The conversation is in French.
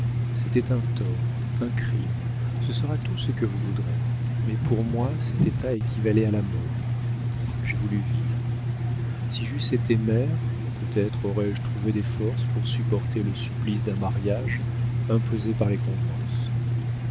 c'était un tort un crime ce sera tout ce que vous voudrez mais pour moi cet état équivalait à la mort j'ai voulu vivre si j'eusse été mère peut-être aurais-je trouvé des forces pour supporter le supplice d'un mariage imposé par les convenances